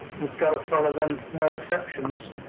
you've got to follow them, no exceptions.